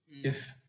Yes